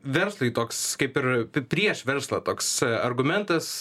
verslui toks kaip ir prieš verslą toks argumentas